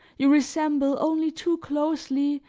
you resemble only too closely,